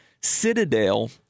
Citadel